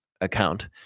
account